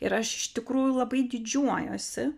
ir aš iš tikrųjų labai didžiuojuosi